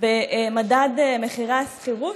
במדד מחירי השכירות.